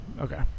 Okay